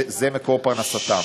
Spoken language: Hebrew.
שזה מקור פרנסתם,